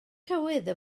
tywydd